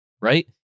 Right